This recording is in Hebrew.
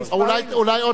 כי הוא לא,